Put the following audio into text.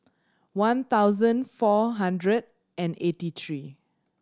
one thousand four hundred and eighty three